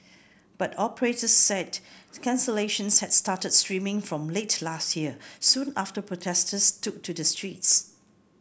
but operators said cancellations had started streaming from late last year soon after protesters took to the streets